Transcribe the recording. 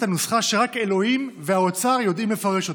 על נוסחה שרק אלוהים והאוצר יודעים לפרש אותה.